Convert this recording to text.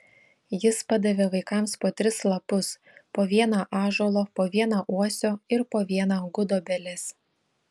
jis padavė vaikams po tris lapus po vieną ąžuolo po vieną uosio ir po vieną gudobelės